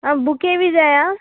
आं बुके वि जाय आ